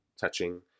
touching